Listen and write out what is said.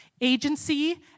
agency